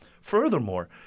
Furthermore